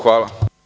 Hvala.